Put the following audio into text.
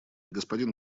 господин